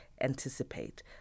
anticipate